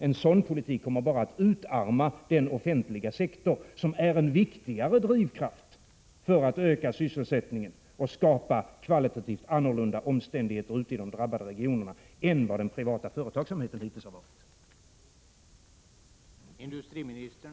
En sådan politik kommer bara att utarma den offentliga sektor som är en viktigare drivkraft för att öka sysselsättningen och skapa kvalitativt annorlunda omständigheter ute i de drabbade regionerna än vad den privata företagsamheten hittills har varit.